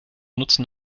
nutzen